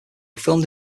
filmed